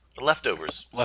Leftovers